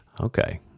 Okay